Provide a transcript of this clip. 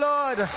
Lord